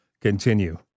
continue